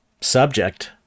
subject